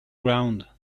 ground